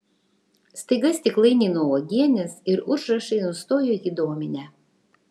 staiga stiklainiai nuo uogienės ir užrašai nustojo jį dominę